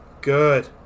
Good